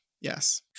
Yes